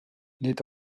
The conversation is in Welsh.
nid